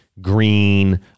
green